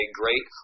great